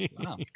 wow